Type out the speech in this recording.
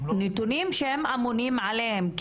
נתונים שהם אמונים עליהם,